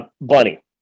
Bunny